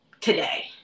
today